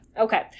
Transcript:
okay